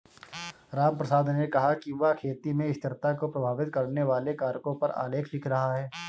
रामप्रसाद ने कहा कि वह खेती में स्थिरता को प्रभावित करने वाले कारकों पर आलेख लिख रहा है